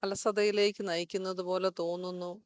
അലസതയിലേക്ക് നയിക്കുന്നതുപോലെ തോന്നുന്നു